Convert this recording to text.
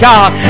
God